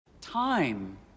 Time